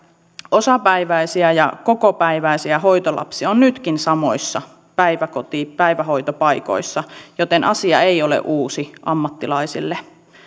osapäiväisiä ja kokopäiväisiä hoitolapsia on nytkin samoissa päivähoitopaikoissa joten asia ei ole uusi ammattilaisille